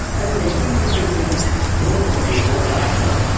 anyway, he seemed completely normal to me, but what did i know?